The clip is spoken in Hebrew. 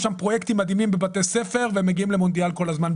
יש שם פרויקטים מדהימים בבתי ספר והם מגיעים למונדיאל כל הזמן.